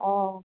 অঁ